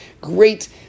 great